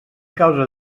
causa